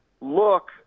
look